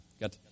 got